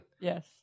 Yes